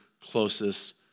closest